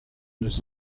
eus